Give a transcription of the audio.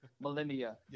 millennia